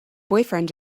boyfriend